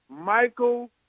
Michael